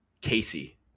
Casey